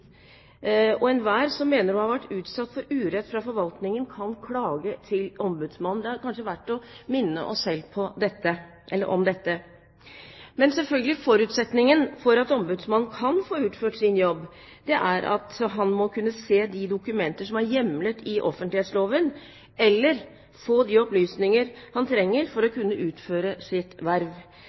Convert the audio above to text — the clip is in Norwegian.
Enhver som mener å ha vært utsatt for urett fra forvaltningen, kan klage til ombudsmannen. Det er kanskje verdt å minne oss selv om dette. Men forutsetningen for at ombudsmannen kan få utført sin jobb, er at han selvfølgelig må kunne se de dokumenter som er hjemlet i offentlighetsloven, eller få de opplysninger han trenger for å kunne utføre sitt verv.